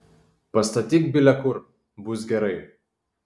pastatyk bile kur bus gerai